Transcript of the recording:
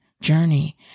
journey